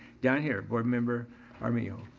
down here, board member armijo.